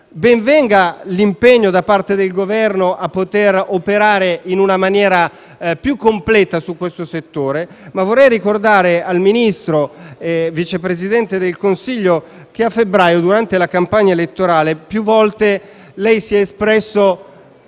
ben venga l'impegno, da parte del Governo, a operare in una maniera più completa su questo settore, ma vorrei ricordare al Ministro e Vice Presidente del Consiglio che a febbraio, durante la campagna elettorale, più volte egli si è espresso